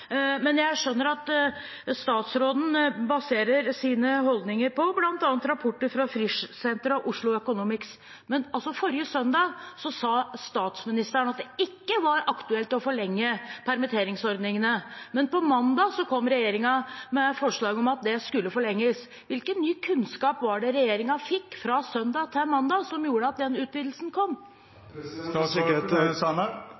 Men jeg skjønner at statsråden baserer sine holdninger på bl.a. rapporter fra Frischsenteret og Oslo Economics. Forrige søndag sa statsministeren at det ikke var aktuelt å forlenge permitteringsordningene. Men på mandag kom regjeringen med forslag om at de skulle forlenges. Hvilken ny kunnskap var det regjeringen fikk fra søndag til mandag som gjorde at den utvidelsen kom?